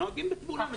נוהגים בתגובה,